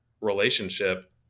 relationship